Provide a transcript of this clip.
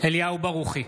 אליהו ברוכי,